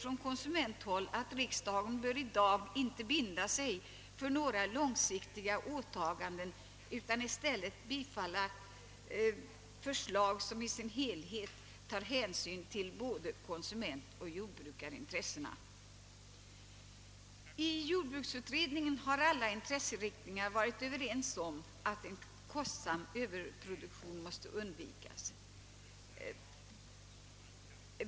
Riksdagen bör i dag inte binda sig för några långsiktiga åtaganden utan i stället bifalla förslag som i sin helhet tar hänsyn till både konsumentoch jordbrukarintressena. I jordbruksutredningen har alla intresseriktningar varit överens om att en kostsam överproduktion måste undvikas.